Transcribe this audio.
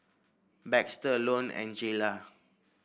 Baxter Ione and Jaylah